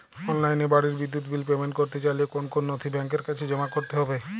অনলাইনে বাড়ির বিদ্যুৎ বিল পেমেন্ট করতে চাইলে কোন কোন নথি ব্যাংকের কাছে জমা করতে হবে?